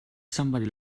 somebody